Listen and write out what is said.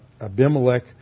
Abimelech